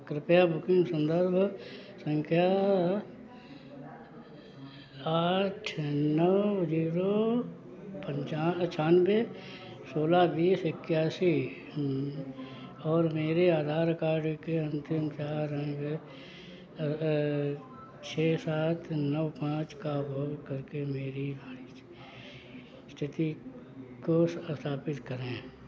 कृपया बुकिंग संदर्भ संख्या आठ नौ जीरो पंचान पंचानवे सोला बीस इक्यासी और मेरे आधार कार्ड के अंतिम चार अंक छः सात नौ पाँच का उपयोग करके मेरी आर्थिक स्थिति को सत्यापित करें